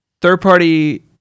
third-party